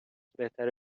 بهتره